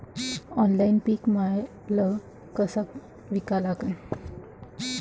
Online पीक माल कसा विका लागन?